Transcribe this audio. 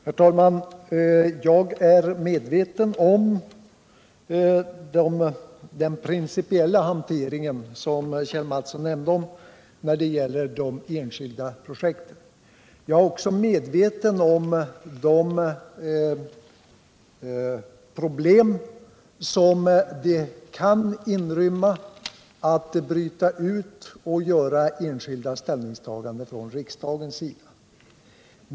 Herr talman! Jag är medveten om den principiella hanteringen, som Kjell Mattsson talade om när det gäller de enskilda projekten. Jag är också medveten om de problem som det kan inrymma att bryta ut frågor och göra enskilda ställningstaganden från riksdagens sida.